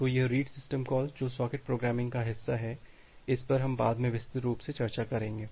तो यह read system call जो सॉकेट प्रोग्रामिंग का हिस्सा है इस पर हम बाद में विस्तृत रूप से चर्चा करेंगे